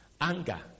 anger